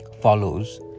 follows